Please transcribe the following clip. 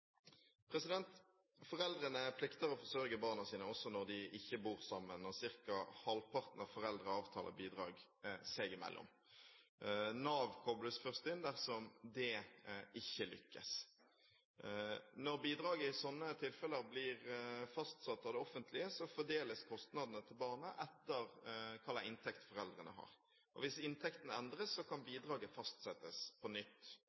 Foreldrene plikter å forsørge barna sine også når de ikke bor sammen. Cirka halvparten av foreldrene avtaler bidrag seg imellom. Nav kobles først inn dersom det ikke lykkes. Når bidraget i slike tilfeller blir fastsatt av det offentlige, fordeles kostnadene til barnet etter hva slags inntekt foreldrene har. Hvis inntekten endres, kan bidraget fastsettes på nytt.